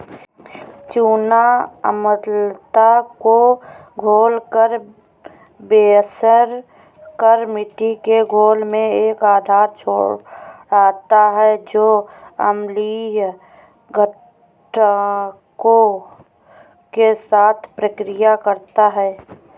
चूना अम्लता को घोलकर बेअसर कर मिट्टी के घोल में एक आधार छोड़ता है जो अम्लीय घटकों के साथ प्रतिक्रिया करता है